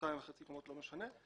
למשל שתיים וחצי קומות, לא משנה.